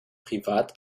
privat